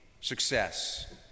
success